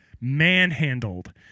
manhandled